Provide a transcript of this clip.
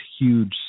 huge